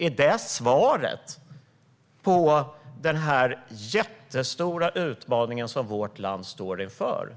Är det svaret på den jättestora utmaning som vårt land står inför?